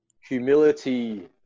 humility